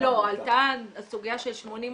--- עלתה הסוגיה של 20/80,